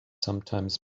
sometimes